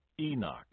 Enoch